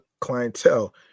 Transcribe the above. clientele